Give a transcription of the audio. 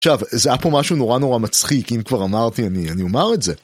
עכשיו, זה היה פה משהו נורא נורא מצחיק אם כבר אמרתי, אני אומר את זה.